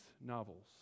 novels